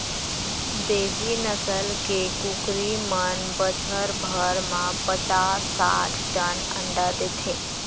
देसी नसल के कुकरी मन बछर भर म पचास साठ ठन अंडा देथे